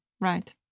Right